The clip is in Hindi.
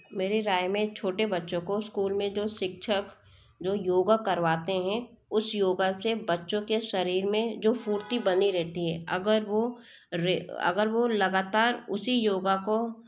मेरे राय में छोटे बच्चों को स्कूल में जब शिक्षक जो योगा करवाते हैं उस योगा से बच्चों के शरीर में जो फुर्ती बनी रहती है अगर वह अगर वह लगातार उसी योगा को